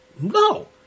No